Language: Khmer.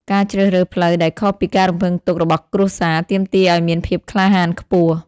ការជ្រើសរើសផ្លូវដែលខុសពីការរំពឹងទុករបស់គ្រួសារ ទាមទារឱ្យមានភាពក្លាហានខ្ពស់។